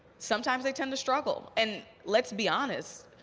sometimes they tend to struggle and let's be honest.